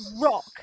rock